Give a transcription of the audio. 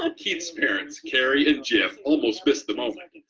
ah keith's parents carrie and jeff almost missed the moment,